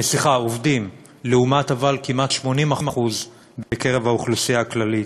לעומת כמעט 80% בקרב האוכלוסייה הכללית,